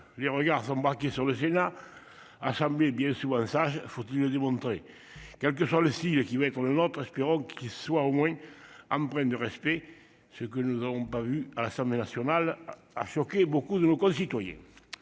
Les regards sont braqués sur le Sénat, Assemblée, bien sûr ça faut-il démontrer quel que soit le six qui voulait qu'on ne montre espérons qu'il soit au moins empreint de respect. Ce que nous avons pas eu à l'Assemblée nationale a choqué beaucoup de nos concitoyens.